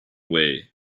way